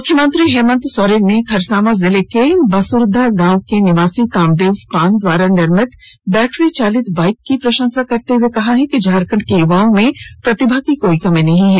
मुख्यमंत्री हेमंत सोरेन ने खरासांवा जिले के बासुरदा गांव के निवासी कामदेव पान द्वारा निर्मित बैटरी चालित बाईक की प्रशंसा करते हुए कहा कि झारखंड के युवाओं में प्रतिभा की कोई कमी नहीं है